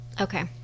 Okay